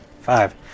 Five